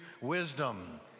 Wisdom